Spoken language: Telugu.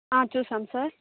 చూసాం సార్